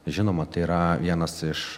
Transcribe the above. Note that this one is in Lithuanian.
žinoma tai yra vienas iš